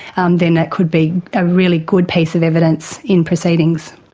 um then that could be a really good piece of evidence in proceedings.